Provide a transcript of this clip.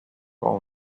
all